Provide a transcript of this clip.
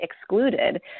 excluded